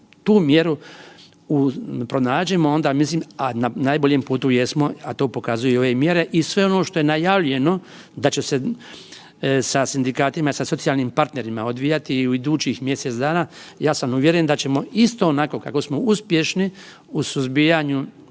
tu mjeru pronađemo onda mislim, a na najboljem putu jesmo, a to pokazuju i ove mjere i sve ono što najavljeno da će se sa sindikatima i sa socijalnim partnerima odvijati i u idućih mjesec dana, ja sam uvjeren da ćemo isto onako kako smo uspješni u suzbijanju